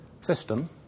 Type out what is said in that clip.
system